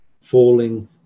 falling